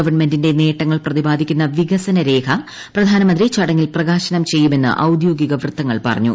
ഗവൺമെന്റിന്റെ നേട്ടങ്ങൾ പ്രതിപാദിക്കുന്ന വികസനരേഖ പ്രധാനമന്ത്രി ച്ചടങ്ങിൽ പ്രകാശനം ചെയ്യുമെന്ന് ഔദ്യോഗിക വൃത്തങ്ങൾ പ്രർഞ്ഞു